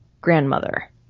grandmother